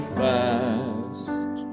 fast